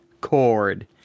Cord